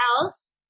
else